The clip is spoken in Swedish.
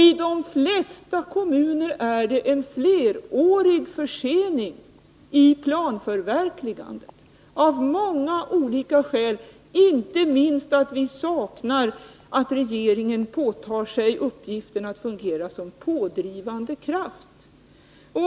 I de flesta kommuner är det en flerårig försening i planförverkligandet av många skäl, inte minst därför att regeringen inte har påtagit sig uppgiften att fungera som pådrivande kraft.